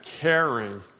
caring